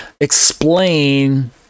explain